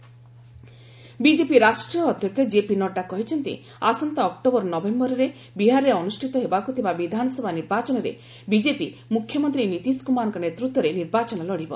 Nitish Kumar BJP ରାଷ୍ଟ୍ରୀୟ ଅଧ୍ୟକ୍ଷ JP Nadda କହିଛନ୍ତି ଆସନ୍ତା ଅକ୍ଟୋବର ନଭେୟରରେ ବିହାରରେ ଅନୁଷ୍ଠିତ ହେବାକୁ ଥିବା ବିଧାନସଭା ନିର୍ବାଚନରେ ବିକେପି ମୁଖ୍ୟମନ୍ତ୍ରୀ ନୀତିଶ କୁମାର ନେତୃତ୍ୱରେ ନିର୍ବାଚନ ଲଢ଼ିବ